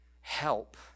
help